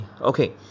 Okay